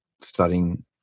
studying